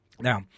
Now